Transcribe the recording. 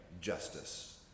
justice